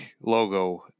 logo